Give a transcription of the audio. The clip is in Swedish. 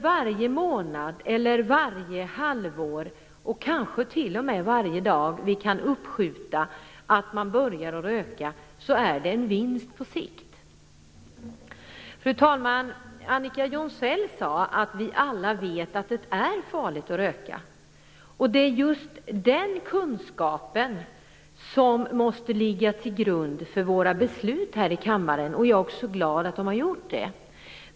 Varje månad, varje halvår eller kanske t.o.m. varje dag vi kan skjuta upp ungdomars rökdebut innebär en vinst på sikt. Fru talman! Annika Jonsell sade att vi alla vet att det är farligt att röka. Det är just den kunskapen som måste ligga till grund för våra beslut här i kammaren, och jag är också glad att så har varit fallet.